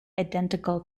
identical